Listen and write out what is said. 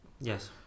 yes